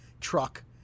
truck